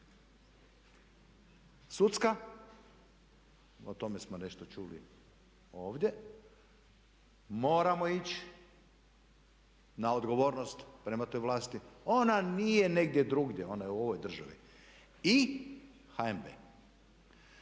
Sudska, o tome smo nešto čuli ovdje, moramo ići na odgovornost prema toj vlasti, ona nije negdje drugdje, ona je u ovoj državi i HNB.